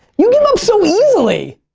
you give up so easily.